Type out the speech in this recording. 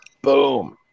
Boom